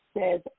says